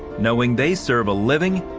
knowing they serve a living,